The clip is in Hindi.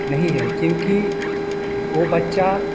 नहीं है क्योंकि वो बच्चा